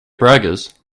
braggers